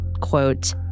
Quote